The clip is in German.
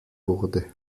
wurde